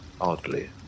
oddly